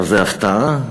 זו הפתעה?